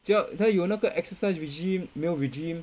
叫他有那个 exercise regime meal regime